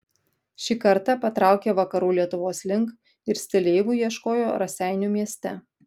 šį kartą patraukė vakarų lietuvos link ir stileivų ieškojo raseinių mieste